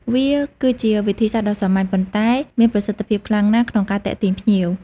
វាគឺជាវិធីសាស្ត្រដ៏សាមញ្ញ ប៉ុន្តែមានប្រសិទ្ធភាពខ្លាំងណាស់ក្នុងការទាក់ទាញភ្ញៀវ។